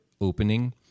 opening